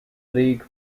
league